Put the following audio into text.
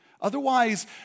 Otherwise